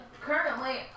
Currently